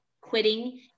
quitting